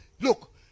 look